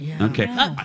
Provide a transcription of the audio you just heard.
okay